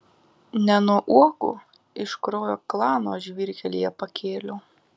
ne nuo uogų iš kraujo klano žvyrkelyje pakėliau